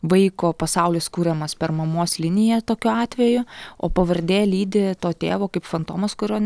vaiko pasaulis kuriamas per mamos liniją tokiu atveju o pavardė lydi to tėvo kaip fantomas kurio